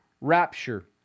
rapture